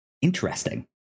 interesting